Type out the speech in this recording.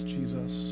Jesus